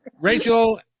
rachel